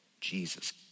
Jesus